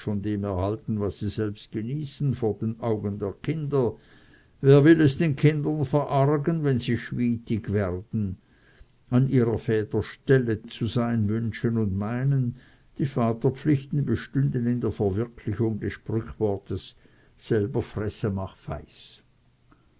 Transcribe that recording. von dem erhalten was sie selbst genießen vor den augen der kinder wer will es den kindern verargen wenn sie schwytig werden an ihrer väter stelle zu sein wünschen und meinen die vaterpflichten bestünden in der verwirklichung des sprichwortes selber fresse macht